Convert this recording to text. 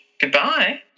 Goodbye